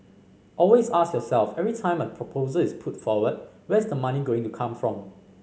always ask yourself every time a proposal is put forward where is the money going to come from